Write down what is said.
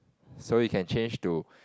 so you can change to